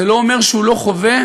זה לא אומר שהוא לא חווה.